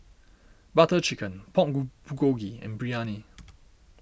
Butter Chicken Pork Bulgogi and Biryani